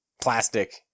plastic